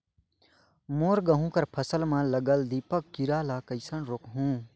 मोर गहूं कर फसल म लगल दीमक कीरा ला कइसन रोकहू?